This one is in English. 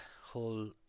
whole